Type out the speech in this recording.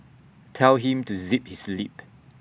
tell him to zip his lip